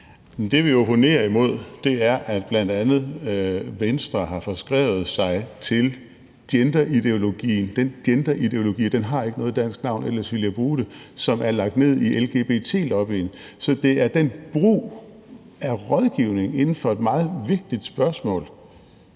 Det, vi opponerer imod, er, at bl.a. Venstre har forskrevet sig til den genderideologi – den har ikke noget dansk navn, for ellers ville jeg bruge det – som lgbt-lobbyen står for. Så det er den brug af rådgivning inden for et meget vigtigt spørgsmål,